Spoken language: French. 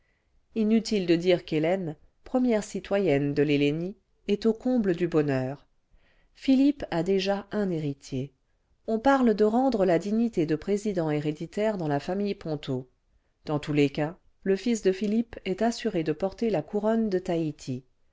inutile de dire qu'hélène première citoyenne de l'hélénie est au comble du bonheur philippe a déjà un héritier on parle de rendre ladignité de président héréditaire dans la famille ponto dans tous les cas le fils de philippe est assuré de porter la couronne de taïti